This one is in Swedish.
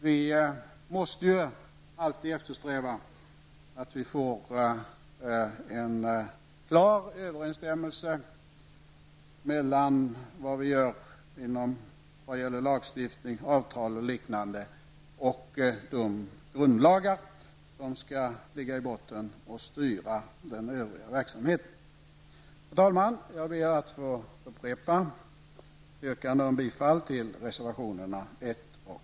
Vi måste ju alltid eftersträva en klar överensstämmelse mellan vad vi gör när det gäller lagstiftning, avtal och liknande och de grundlagar som skall ligga i botten och styra den övriga verksamheten. Herr talman! Jag ber att få upprepa mitt yrkande om bifall till reservationerna 1 och 11.